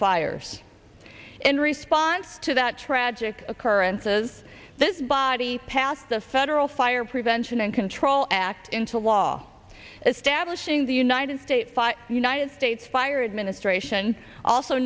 fires in response to that tragic occurrence has this body passed the federal fire prevention and control act into law establishing the united states united states fire administration also